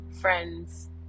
friends